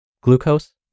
glucose